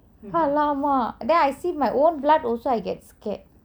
!alamak! then I see my own blood also I get scared